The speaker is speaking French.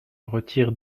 retire